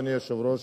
אדוני היושב-ראש,